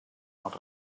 els